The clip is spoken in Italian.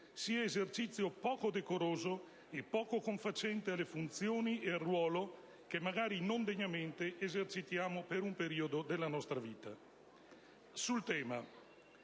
sia esercizio poco decoroso e poco confacente alle funzioni e al ruolo che, magari non degnamente, esercitiamo per un periodo della nostra vita. Quanto